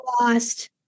lost